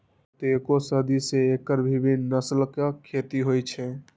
कतेको सदी सं एकर विभिन्न नस्लक खेती होइ छै